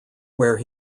where